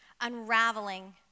unraveling